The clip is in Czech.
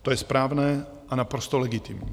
To je správné a naprosto legitimní.